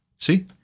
See